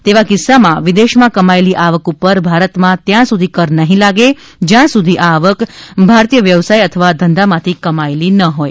તેવા કિસ્સામાં વિદેશમાં કમાયેલી આવક પર ભારતમાં ત્યાં સુધી કર નહીં લાગે જ્યાં સુધી આ આવક ભારતીય વ્યવસાય અથવા ધંધામાંથી કમાયેલી ના હોય